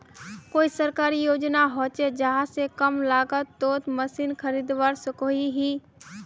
कोई सरकारी योजना होचे जहा से कम लागत तोत मशीन खरीदवार सकोहो ही?